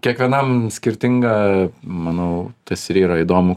kiekvienam skirtinga manau tas ir yra įdomu